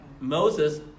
Moses